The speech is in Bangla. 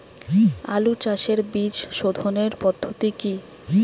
আলু চাষের বীজ সোধনের পদ্ধতি কি?